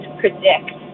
predict